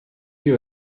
you